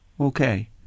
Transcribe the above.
Okay